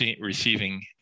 receiving